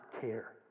care